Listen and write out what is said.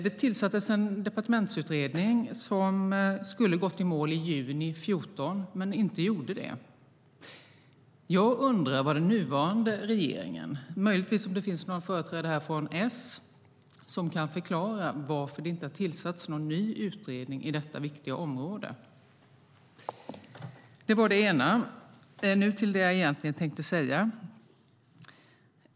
Det tillsattes en departementsutredning som skulle ha gått i mål i juni 2014, men det gjorde den inte. Finns det möjligen någon företrädare här från S som kan förklara varför den nuvarande regeringen inte har tillsatt någon ny utredning på detta viktiga område? Det var det ena. Nu till det jag egentligen tänkte säga.